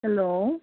hello